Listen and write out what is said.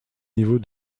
niveau